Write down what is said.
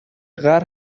قهر